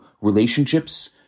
relationships